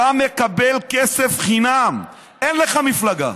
אתה מקבל כסף חינם, אין לך מפלגה,